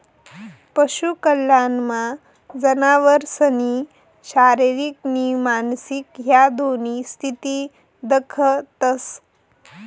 पशु कल्याणमा जनावरसनी शारीरिक नी मानसिक ह्या दोन्ही स्थिती दखतंस